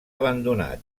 abandonat